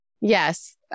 Yes